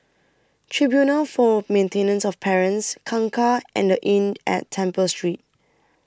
Tribunal For Maintenance of Parents Kangkar and The Inn At Temple Street